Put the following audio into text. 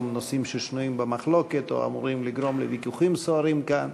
נושאים ששנויים במחלוקת או שאמורים לגרום לוויכוחים סוערים כאן,